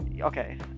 okay